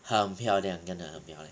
很漂亮真的很漂亮